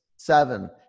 Seven